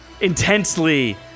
intensely